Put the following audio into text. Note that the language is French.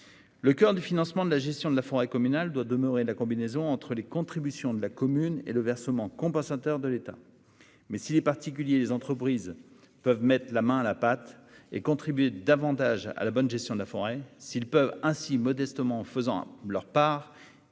Le coeur du financement de cette compétence doit demeurer une combinaison entre les contributions de la commune et le versement compensateur de l'État. En revanche, si les particuliers et les entreprises peuvent « mettre la main à la pâte » et contribuer davantage à la bonne gestion de la forêt, s'ils peuvent ainsi, modestement, ici éviter un